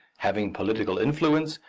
having political influence,